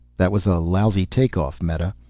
that was a lousy take-off, meta.